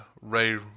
Ray